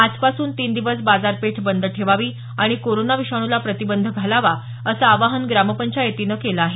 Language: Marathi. आजपासून तीन दिवस बाजारपेठ बंद ठेवावी आणि कोरोना विषाणूला प्रतिबंध घालावा असं आवाहन ग्रामपंचायतीन केलं आहे